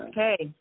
Okay